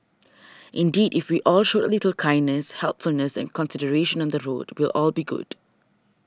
indeed if we all showed a little kindness helpfulness and consideration the road we'll all be good